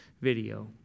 video